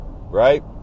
Right